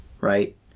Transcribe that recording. right